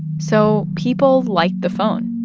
so people liked the phone.